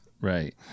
Right